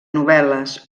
novel·les